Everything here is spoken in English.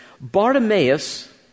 Bartimaeus